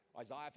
Isaiah